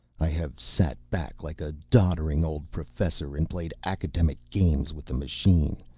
i have sat back like a doddering old professor and played academic games with the machine,